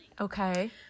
Okay